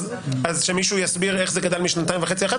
אז שמישהו יסביר איך זה גדל משנתיים וחצי ל-11,